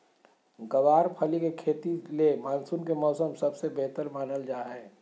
गँवार फली के खेती ले मानसून के मौसम सबसे बेहतर मानल जा हय